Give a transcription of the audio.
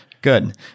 good